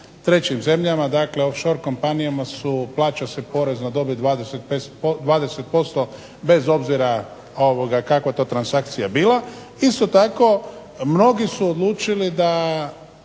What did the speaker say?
trećim zemljama dakle off shore kompanijama su plaća se porez na dobit 20% bez obzira kakva to transakcija bila. Isto tako mnogi su odlučili da